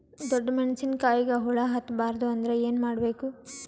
ಡೊಣ್ಣ ಮೆಣಸಿನ ಕಾಯಿಗ ಹುಳ ಹತ್ತ ಬಾರದು ಅಂದರ ಏನ ಮಾಡಬೇಕು?